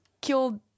killed